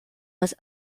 was